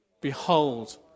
behold